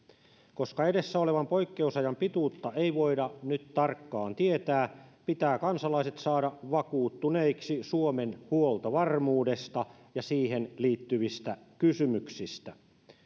koska edessä olevan poikkeusajan pituutta ei voida nyt tarkkaan tietää pitää kansalaiset saada vakuuttuneiksi suomen huoltovarmuudesta ja siihen liittyvistä kysymyksistä